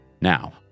Now